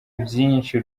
byinshi